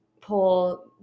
pull